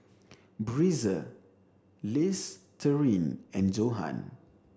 Breezer Listerine and Johan